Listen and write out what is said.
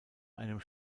einem